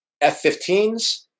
F-15s